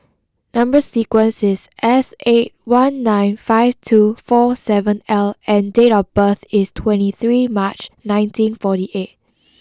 number sequence is S eight one nine five two four seven L and date of birth is twenty three March nineteen forty eight